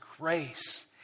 grace